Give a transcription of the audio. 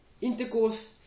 intercourse